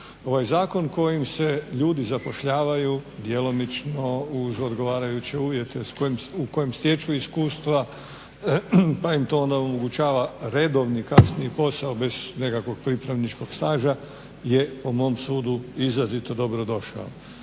zakon kojim se ljudi zapošljavaju djelomično uz odgovarajuće uvjete u kojem stječu iskustva pa im to onda omogućava redovni kasniji posao bez nekakvog pripravničkog staža je po mom sudu izrazito dobro došao.